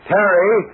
Terry